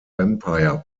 vampire